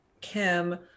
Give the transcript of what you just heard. Kim